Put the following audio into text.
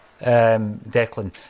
Declan